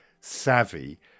savvy